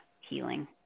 healing